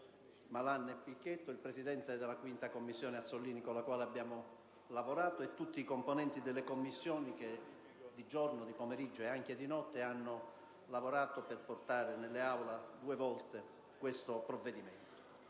il presidente della Commissione bilancio Azzollini, con cui abbiamo lavorato, nonché tutti i componenti delle Commissioni, che di giorno, di pomeriggio e anche di notte hanno lavorato per portare in Aula, due volte, questo provvedimento.